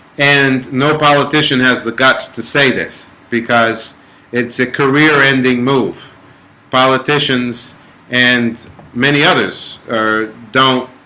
and no politician has the guts to say this because it's a career-ending move politicians and many others are don't